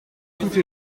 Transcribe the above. toute